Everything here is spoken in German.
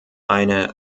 eine